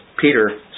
Peter